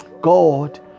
God